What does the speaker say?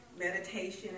meditation